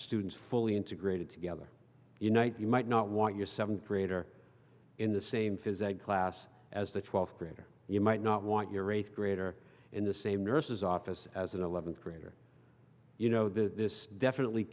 students fully integrated together you know you might not want your seventh grader in the same physics class as the twelfth grade or you might not want your eighth grader in the same nurse's office as an eleventh grader you know this definitely